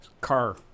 car